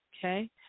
Okay